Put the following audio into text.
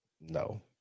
no